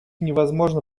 невозможно